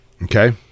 Okay